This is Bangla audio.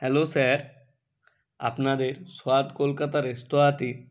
হ্যালো স্যার আপনাদের স্বাদ কলকাতা রেস্তরাঁতে